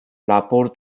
lapur